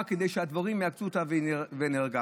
כדי שהדבורים יעקצו אותה והיא נהרגה.